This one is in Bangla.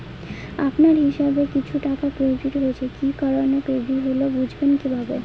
আপনার হিসাব এ কিছু টাকা ক্রেডিট হয়েছে কি কারণে ক্রেডিট হল বুঝবেন কিভাবে?